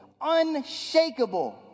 unshakable